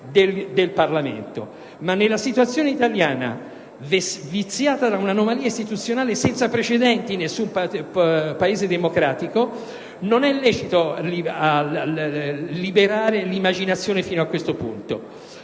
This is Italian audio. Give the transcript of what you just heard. del Parlamento. Nella situazione italiana, però, viziata da un'anomalia istituzionale senza precedenti in nessun Paese democratico, non è lecito liberare l'immaginazione fino a questo punto: